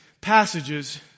passages